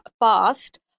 fast